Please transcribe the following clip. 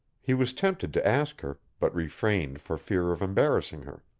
he was tempted to ask her, but refrained for fear of embarrassing her.